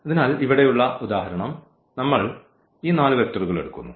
അതിനാൽ ഇവിടെയുള്ള ഉദാഹരണം നമ്മൾ ഈ നാല് വെക്റ്ററുകൾ എടുക്കുന്നു